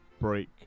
break